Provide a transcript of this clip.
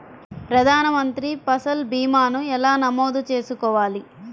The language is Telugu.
ప్రధాన మంత్రి పసల్ భీమాను ఎలా నమోదు చేసుకోవాలి?